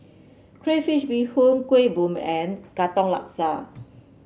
Crayfish Beehoon Kuih Bom and Katong Laksa